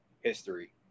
history